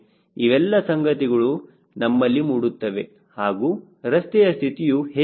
ಇವೆಲ್ಲ ಸಂಗತಿಗಳು ನಮ್ಮಲ್ಲಿ ಮೂಡುತ್ತವೆ ಹಾಗೂ ರಸ್ತೆಯ ಸ್ಥಿತಿಯು ಹೇಗಿದೆ